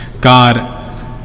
God